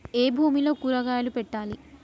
ఏ భూమిలో కూరగాయలు పెట్టాలి?